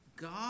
God